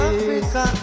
Africa